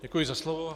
Děkuji za slovo.